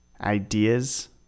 ideas